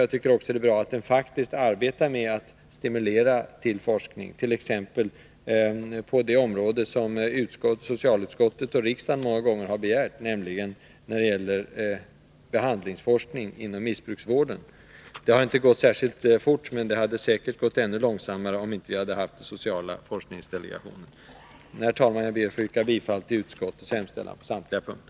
Jag tycker också att det är bra att den faktiskt arbetar med att stimulera till forskning, t.ex. på det område som socialutskottet och riksdagen många gånger har begärt, nämligen behandlingsforskning inom missbruksvården. Det har inte gått särskilt fort, men det hade säkert gått ännu långsammare om vi inte hade haft socialforskningsdelegationen. Herr talman! Jag ber att få yrka bifall till utskottets hemställan på samtliga punkter.